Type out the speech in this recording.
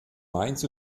mainz